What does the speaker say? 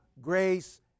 grace